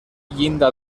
llinda